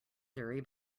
theory